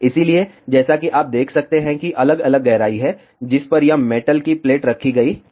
इसलिए जैसा कि आप देख सकते हैं कि अलग अलग गहराई हैं जिस पर यह मेटल की प्लेट रखी गई थी